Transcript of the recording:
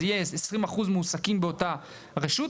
אז יהיה 20% מועסקים באותה הרשות,